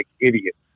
idiots